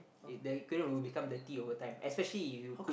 it the aquarium will become dirty overtime especially if you cook